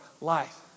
life